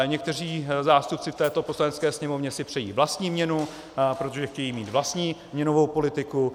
Někteří zástupci v této Poslanecké sněmovně si přejí vlastní měnu, protože chtějí mít vlastní měnovou politiku.